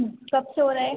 कब से हो रहा है